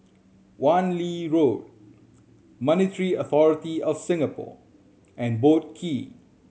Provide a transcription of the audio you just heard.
Wan Lee Road Monetary Authority Of Singapore and Boat Quay